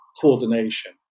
coordination